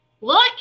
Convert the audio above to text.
look